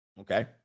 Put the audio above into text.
Okay